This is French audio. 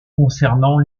concernant